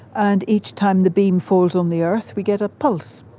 and each time the beam falls on the earth we get a pulse.